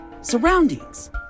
surroundings